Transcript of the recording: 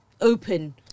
open